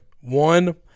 one